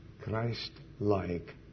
Christ-like